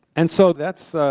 and so that's